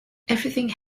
everything